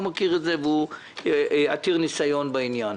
הוא מכיר את זה והוא עתיר ניסיון בעניין.